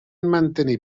mantenir